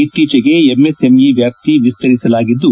ಇತ್ತೀಚೆಗೆ ಎಂಎಸ್ಎಂಇ ವ್ಯಾಪ್ತಿ ವಿಸ್ತರಿಸಲಾಗಿದ್ದು